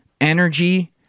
energy